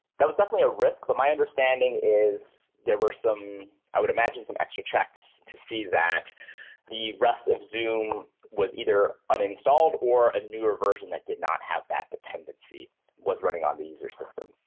that was definitely a risk, but my understanding is there were some i would imagine, some extra checks to see that the rest of zoom was either uninstalled or a newer version that did not have that dependency was running on the user system.